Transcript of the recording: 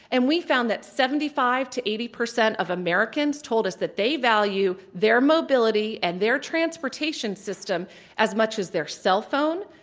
and we found that seventy five to eighty percent of americans told us that they value their mobility and their transportation system as much as their cell phone,